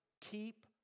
keep